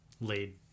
laid